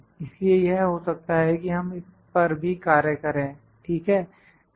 इसलिए यह हो सकता है कि हम इस पर भी कार्य करें ठीक है